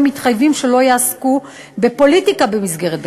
מתחייבים שלא יעסקו בפוליטיקה במסגרת בית-הספר.